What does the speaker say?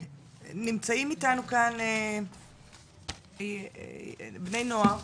נמצאים איתנו כאן בני נוער,